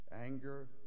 anger